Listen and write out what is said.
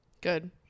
good